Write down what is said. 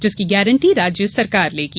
जिसकी गारंटी राज्य सरकार लेगी